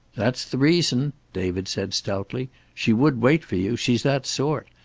that's the reason, david said stoutly. she would wait for you. she's that sort.